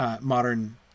modern